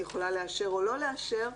היא יכולה לאשר או לא לאשר,